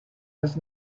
his